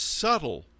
subtle